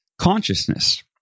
consciousness